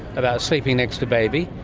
about sleeping next to baby.